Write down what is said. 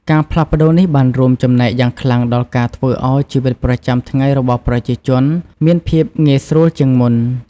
ការផ្លាស់ប្តូរនេះ បានរួមចំណែកយ៉ាងខ្លាំងដល់ការធ្វើឱ្យជីវិតប្រចាំថ្ងៃរបស់ប្រជាជនមានភាពងាយស្រួលជាងមុន។